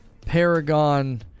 paragon